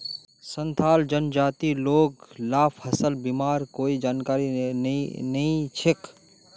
संथाल जनजातिर लोग ला फसल बीमार कोई जानकारी नइ छेक